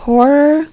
Horror